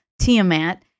Tiamat